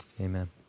amen